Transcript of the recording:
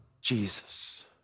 Jesus